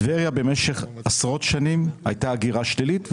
במשך עשרות שנים הייתה הגירה שלילית לטבריה,